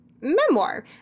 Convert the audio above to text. memoir